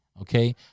Okay